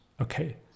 okay